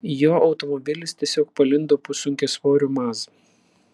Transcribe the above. jo automobilis tiesiog palindo po sunkiasvoriu maz